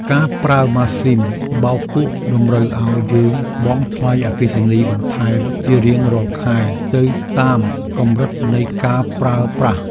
ការប្រើម៉ាស៊ីនបោកគក់តម្រូវឱ្យយើងបង់ថ្លៃអគ្គិសនីបន្ថែមជារៀងរាល់ខែទៅតាមកម្រិតនៃការប្រើប្រាស់។